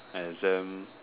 exam